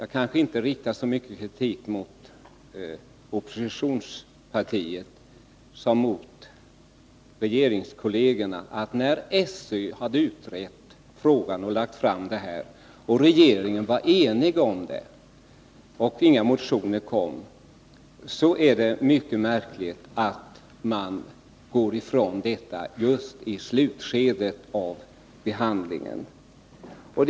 Jag riktar på denna punkt kanske inte så mycket kritik mot oppositionspartiets som mot regeringspartiernas företrädare i utskottet. Det är mycket märkligt att man sedan SÖ utrett frågan och lagt fram sitt förslag, som tillstyrkts av en enig regering, går ifrån detta förslag i slutskedet av ärendets behandling, trots att inga motioner väckts.